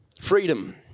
Freedom